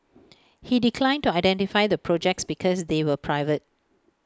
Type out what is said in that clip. he declined to identify the projects because they were private